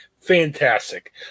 Fantastic